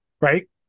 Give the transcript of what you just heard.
Right